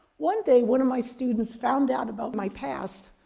one day, one of my students found out about my past,